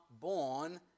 born